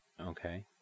Okay